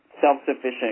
self-sufficient